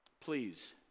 Please